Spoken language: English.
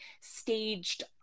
staged